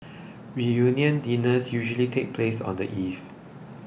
reunion dinners usually take place on the eve